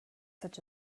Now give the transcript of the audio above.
such